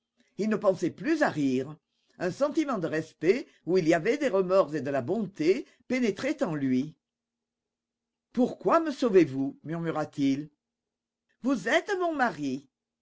il ne pensait plus à rire un sentiment de respect où il y avait des remords et de la bonté pénétrait en lui pourquoi me sauvez-vous murmura-t-il vous êtes mon mari